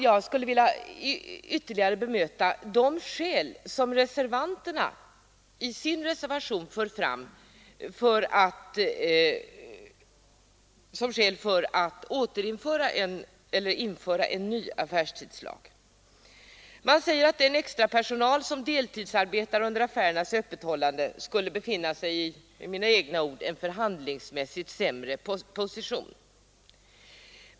Jag skulle vilja ytterligare bemöta de skäl som reservanterna drar fram för att en ny affärstidslag skulle införas. De säger att den extrapersonal som deltidsarbetar under affärernas söndagsöppethållande skulle befinna sig i — det är mina egna ord — en förhandlingsmässigt sämre position.